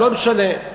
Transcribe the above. לא משנה.